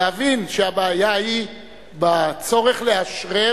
להבין שהבעיה היא בצורך לאשרר,